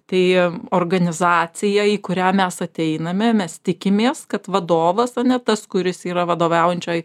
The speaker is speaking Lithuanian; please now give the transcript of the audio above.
tai organizacija į kurią mes ateiname mes tikimės kad vadovas ane tas kuris yra vadovaujančioj